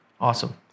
Awesome